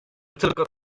tylko